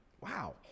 Wow